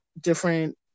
different